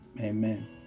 amen